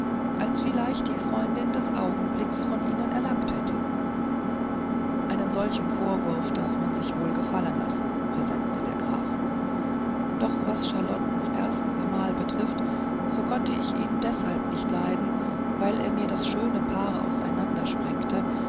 als vielleicht die freundin des augenblicks von ihnen erlangt hätte einen solchen vorwurf darf man sich wohl gefallen lassen versetzte der graf doch was charlottens ersten gemahl betrifft so konnte ich ihn deshalb nicht leiden weil er mir das schöne paar auseinandersprengte